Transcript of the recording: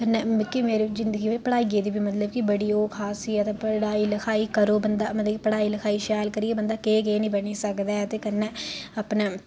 कन्नै मिगी मेरी जिंदगी च पढाइये दी बी मतलब कि बड़ी ओह् खासियत ऐ पढ़ाई लखाई करो बंदा मतलब कि पढ़ाई लखाई शैल करियै बंदा केह् केह् निं बनी सकदा ऐ ते कन्नै अपना